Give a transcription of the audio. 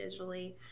digitally